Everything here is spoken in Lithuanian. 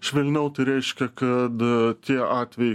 švelniau tai reiškia kad tie atvejai